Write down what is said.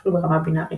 אפילו ברמה בינארית.